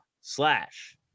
slash